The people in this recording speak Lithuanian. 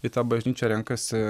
į tą bažnyčią renkasi